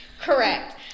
Correct